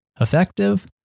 effective